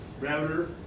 router